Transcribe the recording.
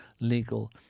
legal